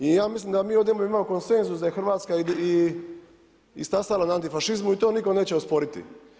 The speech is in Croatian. I ja mislim da mi ovdje imamo konsenzus da je Hrvatska i stasala na antifašizmu i to nitko neće osporiti.